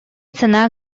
санаа